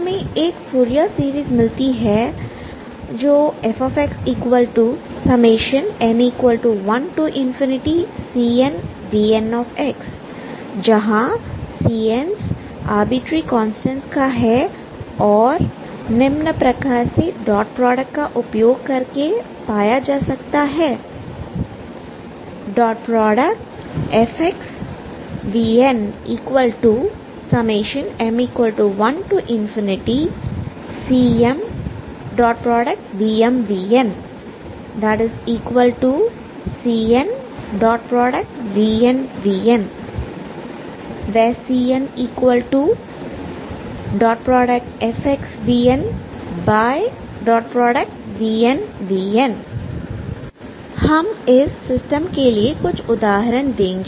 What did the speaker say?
हमें एक Fourier series मिलती है fxn1cnvn जहां cn's आर्बिट्रेरी कांस्टेंट का है और निम्न प्रकार से डॉट प्रोडक्ट का उपयोग करके पाया जा सकता है ⟨fx vn⟩ m1cm⟨vmvn⟩ cn⟨vnvn⟩ cn ⟨fx vn⟩⟨vnvn⟩ हम इस सिस्टम के लिए कुछ उदाहरण देखेंगे